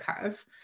curve